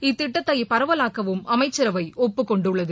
இத்திட்டத்தை பரவலாக்கவும் அமைச்சரவை ஒப்புக்கொண்டுள்ளது